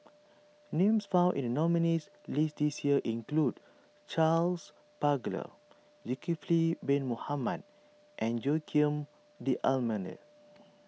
names found in the nominees' list this year include Charles Paglar Zulkifli Bin Mohamed and Joaquim D'Almeida